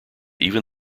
even